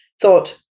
thought